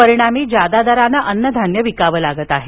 परिणामी जादा दराने अन्नधान्य विकावे लागत आहे